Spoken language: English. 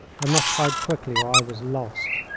i must hide quickly, or i was lost.